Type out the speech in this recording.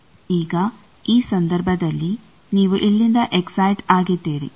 ಈಗ ಈ ಸಂದರ್ಭದಲ್ಲಿ ನೀವು ಇಲ್ಲಿಂದ ಎಕ್ಸೈಟ್ ಆಗಿದ್ದೀರಿ